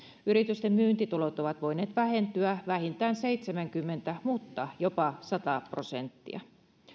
yritysten myyntitulot ovat voineet vähentyä vähintään seitsemänkymmentä mutta jopa sata prosenttia